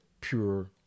pure